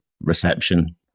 reception